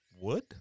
Wood